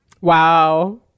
Wow